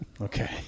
Okay